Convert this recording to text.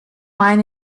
wine